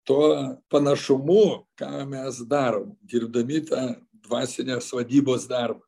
tuo panašumu ką mes darom dirbdami tą dvasinės vadybos darbą